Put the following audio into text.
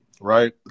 right